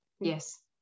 Yes